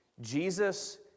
Jesus